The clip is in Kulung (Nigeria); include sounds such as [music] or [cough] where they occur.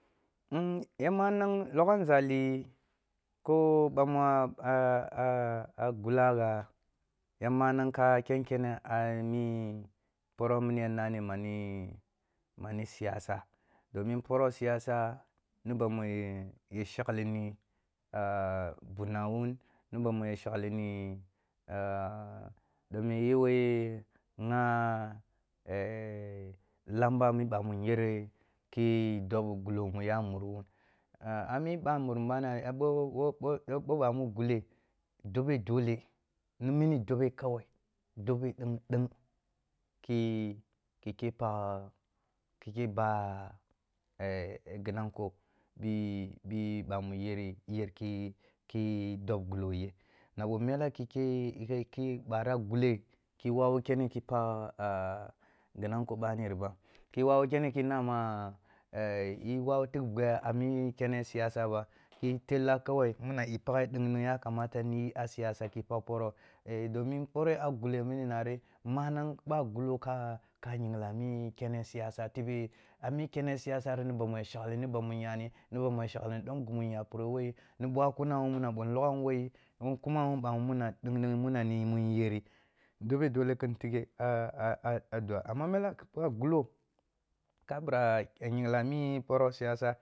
Um ya manang loghazali ko ɓa ma [hesitation] a gulagha ya manang ka karkene a mi poroh mi ni min ani mani siyasa, domin poroh siyasa ni ba mu eh shaglini ah bunna wuni ni ba mu ya shaglini ah dom mi yu wo ye nhah eh tamba mu ɓamunyere ki dob gulo mu ya muru wun, ah a mi ɓamburum ɓana [hesitation] ɓoh ɓa mu guleh dobe dole, ni mini dobe kawai, dobe deng-deng, ki khi pagh, ki khi ba [hesitation] ghi nanko ɓi ɓi ɓamo iyere, iyarki ki dob gulo ye na ɓoh mela [hesitation] bwarah gule ki wawu kare khi pagh ah ghi nanko ɓaniri ba. Ki wawu kene khi na ma [hesitation] eh wawu tik guah a mi kene siyasa ba ki tella kawai minina pagh deng-deng kamata ni yi a siyasa ki pagh poroh, eh domin poreh a guleh mini nari manang ɓo a gulo ka yin gla a mi kene siyasa tebe a mikene siyasari ni bamu ya shakli ni ni bamu nyali, ni bamu nshakli dom ghi mu nya pureh wo yi, ni ɓaknna wun muna ɓo nloghawun wo yi, ɓoh nkumawun ɓamu muna deng-deng muna nyar yi, dobe dole tighe a [hesitation] a dua, amma mela ɓoh a a gulo, ka birah a yingla mi siyasa